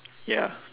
ya